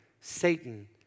Satan